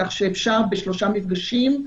כך שאפשר בשלושה מפגשים,